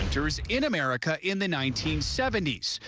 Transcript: jurors in america in the nineteen seventy s,